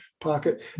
pocket